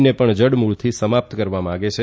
ને પણ જડમૂળથી સમાપ્ત કરવા માગે છે